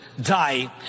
die